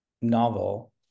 novel